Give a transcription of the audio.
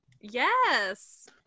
Yes